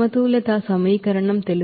మీకు energy balance equation తెలుసు